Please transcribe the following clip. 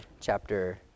chapter